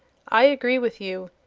i agree with you.